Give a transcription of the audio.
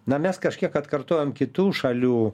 na mes kažkiek atkartojam kitų šalių